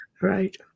Right